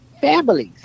families